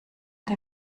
der